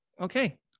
Okay